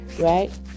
right